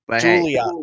julia